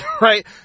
Right